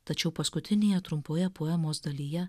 tačiau paskutinėje trumpoje poemos dalyje